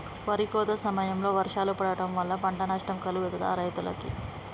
వరి కోత సమయంలో వర్షాలు పడటం వల్ల పంట నష్టం కలుగుతదా రైతులకు?